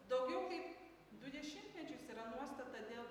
daugiau kaip du dešimtmečius yra nuostata dėl